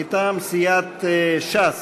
מטעם סיעת ש"ס: